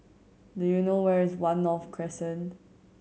do you know where is One North Crescent